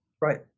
Right